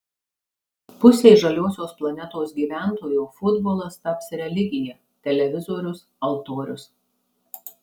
pusei žaliosios planetos gyventojų futbolas taps religija televizorius altorius